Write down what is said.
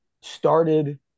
started